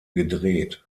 gedreht